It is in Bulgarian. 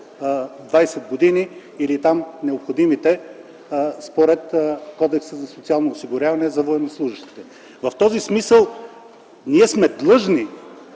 20 години или необходимите според Кодекса за социално осигуряване за военнослужещите. В този смисъл ние сме длъжни